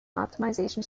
optimization